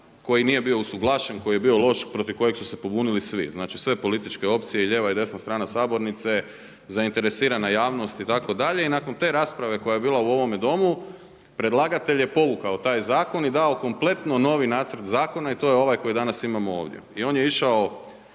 koji nije bio usuglašen, koji je bio loš, protiv kojeg su se pobunili svi znači, sve političke opcije i lijeva i desna strana sabornice, zainteresirana javnost itd. i nakon te rasprave koja je bila u ovome domu predlagatelj je povukao taj zakon i dao kompletno novi nacrt zakona i to je ovaj koji danas imamo ovdje. I on je išao